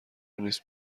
نیست